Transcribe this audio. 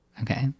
Okay